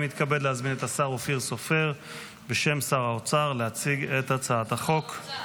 אני מתכבד להזמין את השר אופיר סופר להציג את הצעת החוק בשם שר האוצר.